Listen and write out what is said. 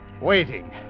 waiting